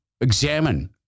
examine